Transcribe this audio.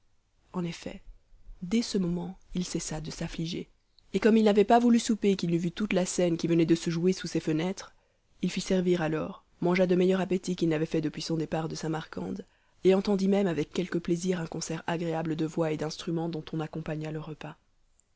en effet dès ce moment il cessa de s'affliger et comme il n'avait pas voulu souper qu'il n'eût vu toute la scène qui venait de se jouer sous ses fenêtres il fit servir alors mangea de meilleur appétit qu'il n'avait fait depuis son départ de samarcande et entendit même avec quelque plaisir un concert agréable de voix et d'instruments dont on accompagna le repas